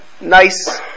nice